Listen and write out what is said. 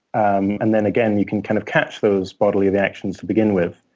um and then again, you can kind of catch those bodily reactions to begin with.